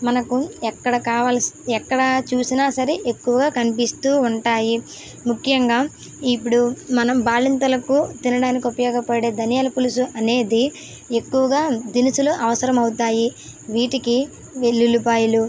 మనకు ఎక్కడ కావాల్సి ఎక్కడా చూసినా సరే ఎక్కువగా కనిపిస్తూ ఉంటాయి ముఖ్యంగా ఇప్పుడు మనం బాలింతలకు తినడానికి ఉపయోగపడే ధనియాలు పులుసు అనేవి ఎక్కువగా దినుసులు అవసరం అవుతాయి వీటికి వెల్లుల్లిపాయలు